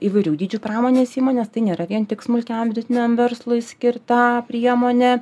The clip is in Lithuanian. įvairių dydžių pramonės įmonės tai nėra vien tik smulkiam vidutiniam verslui skirta priemonė